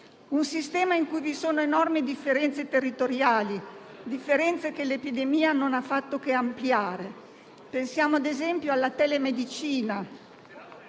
Un sistema in cui vi sono enormi differenze territoriali, differenze che l'epidemia non ha fatto che ampliare. Pensiamo, ad esempio, alla telemedicina,